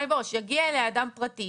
יגיע אליה אדם פרטי